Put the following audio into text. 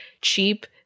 Cheap